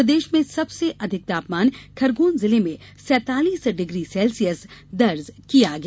प्रदेश में सबसे अधिक तापमान खरगौन जिले में सैतालीस डिग्री सेल्सियस दर्ज किया गया